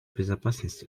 безопасность